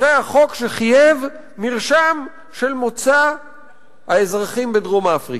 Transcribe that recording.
אחרי החוק שחייב מרשם של מוצא האזרחים בדרום-אפריקה.